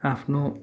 आफ्नो